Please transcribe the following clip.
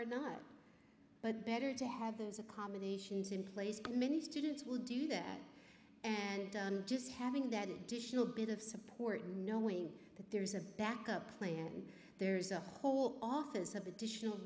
or not but better to have those accommodations in place many students will do that and just having that additional bit of support knowing that there's a backup plan there's a whole office have additional